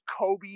Kobe